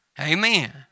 Amen